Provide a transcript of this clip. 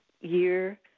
year